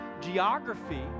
Geography